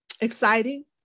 exciting